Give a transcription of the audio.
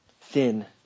Thin